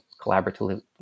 collaboratively